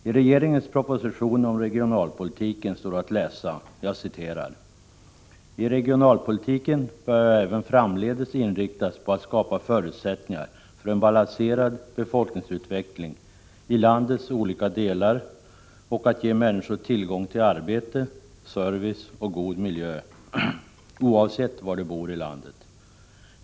I regeringens proposition om regionalpolitiken står att läsa: ”Regionalpolitiken bör även framdeles inriktas på att skapa förutsättningar för en balanserad befolkningsutveckling i landets olika delar och att ge människor tillgång till arbete, service och god miljö oavsett var de bor i landet.